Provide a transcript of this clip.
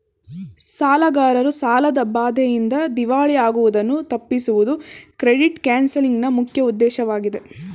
ಸಾಲಗಾರರು ಸಾಲದ ಬಾಧೆಯಿಂದ ದಿವಾಳಿ ಆಗುವುದನ್ನು ತಪ್ಪಿಸುವುದು ಕ್ರೆಡಿಟ್ ಕೌನ್ಸಲಿಂಗ್ ನ ಮುಖ್ಯ ಉದ್ದೇಶವಾಗಿದೆ